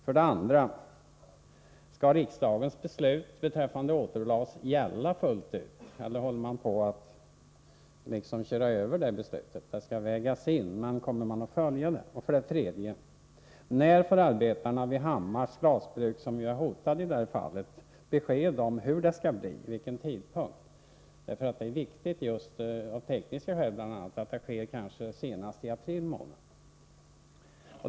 För det andra: Skall riksdagens beslut beträffande återglas gälla fullt ut eller håller man på att köra över det beslutet? Det skall beaktas, säger statsrådet, men kommer man att följa det? För det tredje: När får arbetarna vid Hammars glasbruk, som är hotade i detta fall, besked om hur det skall bli och vid vilken tidpunkt ett eventuellt återglassystem skall börja gälla? Det är viktigt, bl.a. av tekniska skäl, att det sker senast i april månad.